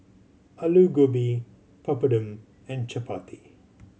Alu Gobi Papadum and Chapati